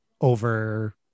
over